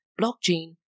Blockchain